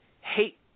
hate